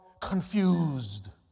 confused